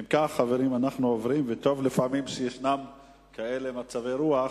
חברים, לפעמים, טוב שיש כאלה מצבי רוח.